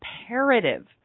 imperative